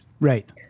Right